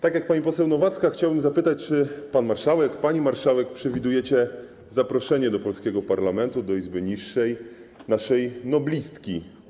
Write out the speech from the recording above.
Tak jak pani poseł Nowacka, chciałbym zapytać, czy pan marszałek, pani marszałek przewidujecie zaproszenie do polskiego parlamentu, do Izby niższej naszej noblistki.